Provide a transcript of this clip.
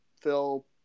Phil